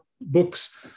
books